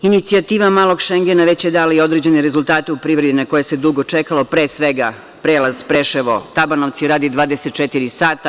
Inicijativa „malog Šengena“ već je dala i određene rezultate u privredi, na koje se dugo čekalo, pre svega prelaz Preševo-Tabanovci radi 24 sata.